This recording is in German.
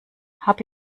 habe